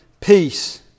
peace